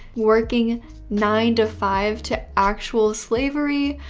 working nine to five to actual slavery.